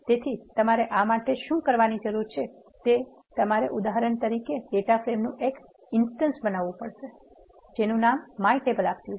તેથી તમારે આ માટે શું કરવાની જરૂર છે કે તમારે ઉદાહરણ તરીકે ડેટા ફ્રેમનું એક ઇન્સટન્સ બનાવવું પડશે જેનું નામ my table આપ્યુ છે